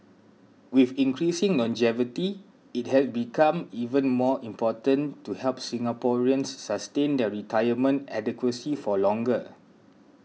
with increasing longevity it has become even more important to help Singaporeans sustain their retirement adequacy for longer